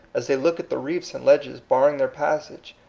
as they look at the reefs and ledges bar ring their passage,